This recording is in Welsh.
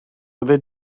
fyddi